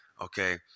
Okay